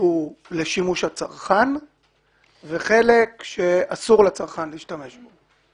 שהוא לשימוש הצרכן וחלק שאסור לצרכן להשתמש בו.